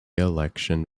election